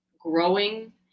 growing